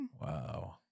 Wow